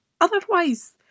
otherwise